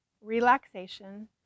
relaxation